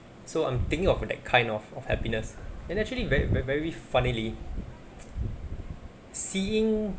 so I'm thinking of that kind of of happiness and actually very ve~ very funnily seeing